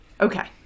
okay